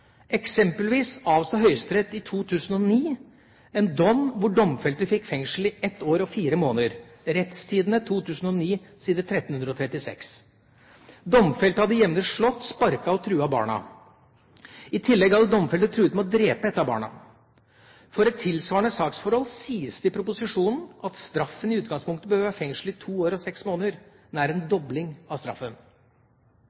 Eksempelvis avsa Høyesterett i 2009 en dom hvor domfelte fikk fengsel i ett år og fire måneder, Rettstidende 2009 side 1336. Domfelte hadde jevnlig slått, sparket og truet barna. I tillegg hadde domfelte truet med å drepe et av barna. For et tilsvarende saksforhold sies det i proposisjonen at straffen i utgangspunktet bør være fengsel i to år og seks måneder – nær en